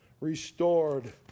restored